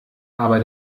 aber